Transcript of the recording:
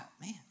man